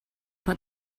but